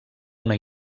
una